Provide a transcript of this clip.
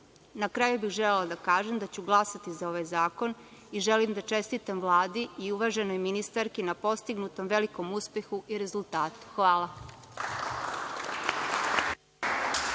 kraju bih želela da kažem da ću glasati za ovaj zakon. I želim da čestitam Vladi i uvaženoj ministarki na postignutom velikom uspehu i rezultatu. Hvala.